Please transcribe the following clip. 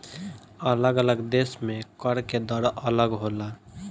अलग अलग देश में कर के दर अलग होला